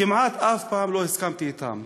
כמעט אף פעם לא הסכמתי אתם,